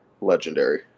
legendary